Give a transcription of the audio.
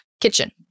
kitchen